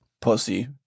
Pussy